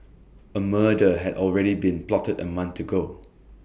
A murder had already been plotted A month ago